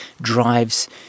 drives –